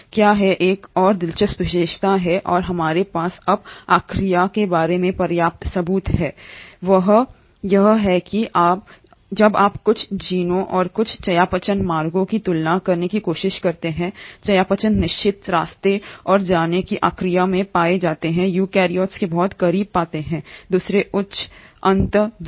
क्या है एक और दिलचस्प विशेषता और हमारे पास अब आर्किया के बारे में पर्याप्त सबूत है वह यह है कि जब आप कुछ जीनों और कुछ चयापचय मार्गों की तुलना करने की कोशिश करें चयापचय निश्चित रास्ते और जीन जो आर्किया में पाए जाते हैं यूकेरियोट्स के बहुत करीब पाए जाते हैं दूसरे उच्च अंत जीव